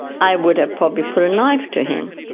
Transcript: i would have probably put a knife to him.